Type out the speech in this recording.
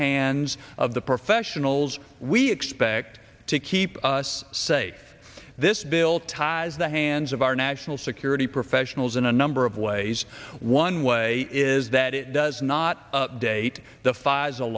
hands of the professionals we expect to keep us safe this bill ties the hands of our national security professionals in a number of ways one way is that it does not date